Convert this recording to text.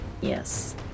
Yes